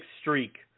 streak